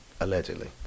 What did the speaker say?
Allegedly